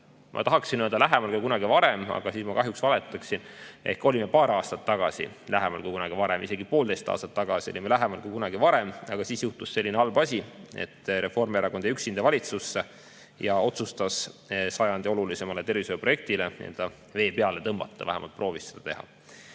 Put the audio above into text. ma tahaksin öelda, lähemal kui kunagi varem, aga siis ma kahjuks valetaksin. Me olime paar aastat tagasi lähemal kui kunagi varem, isegi poolteist aastat tagasi olime lähemal kui kunagi varem, aga siis juhtus selline halb asi, et Reformierakond jäi üksinda valitsusse ja otsustas sajandi olulisemale tervishoiuprojektile nii-öelda vee peale tõmmata, vähemalt proovis seda teha.